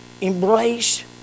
embrace